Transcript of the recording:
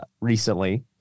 recently